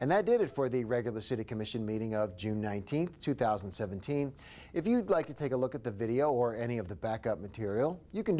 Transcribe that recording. and that dated for the regular city commission meeting of june nineteenth two thousand and seventeen if you'd like to take a look at the video or any of the back up material you can